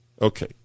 Okay